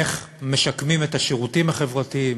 איך משקמים את השירותים החברתיים